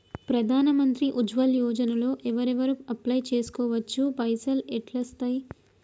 ప్రధాన మంత్రి ఉజ్వల్ యోజన లో ఎవరెవరు అప్లయ్ చేస్కోవచ్చు? పైసల్ ఎట్లస్తయి?